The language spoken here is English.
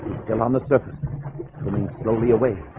come on the surface swing slowly away